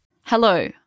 Hello